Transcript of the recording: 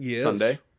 Sunday